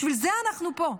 בשביל זה אנחנו פה.